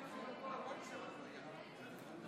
לפני העלאת הצעת החוק הזאת חשבתי לעשות סקר קטן בין חברי הכנסת,